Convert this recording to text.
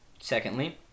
Secondly